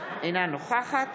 אינה נוכחת